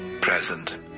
present